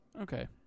Okay